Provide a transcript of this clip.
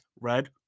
red